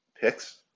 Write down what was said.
picks